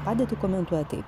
padėtį komentuoti